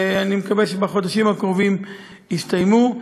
ואני מקווה שבחודשים הקרובים יסתיימו.